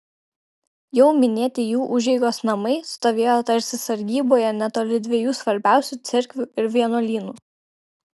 jau minėti jų užeigos namai stovėjo tarsi sargyboje netoli dviejų svarbiausių cerkvių ir vienuolynų